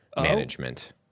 management